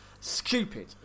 stupid